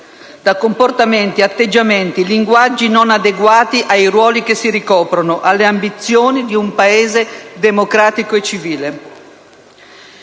da comportamenti, atteggiamenti e linguaggi non adeguati ai ruoli che si ricoprono, alle ambizioni di un Paese democratico e civile.